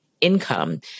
Income